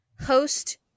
Host